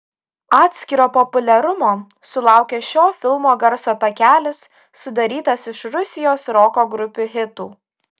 atskiro populiarumo sulaukė šio filmo garso takelis sudarytas iš rusijos roko grupių hitų